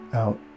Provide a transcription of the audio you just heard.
out